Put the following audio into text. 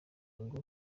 ngo